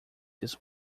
this